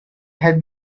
had